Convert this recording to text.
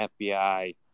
fbi